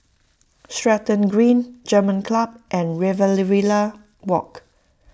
Stratton Green German Club and Riverina Walk